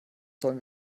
sollen